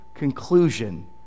Conclusion